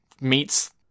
meets